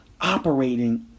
operating